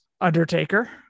Undertaker